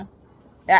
I